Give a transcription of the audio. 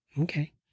Okay